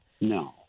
No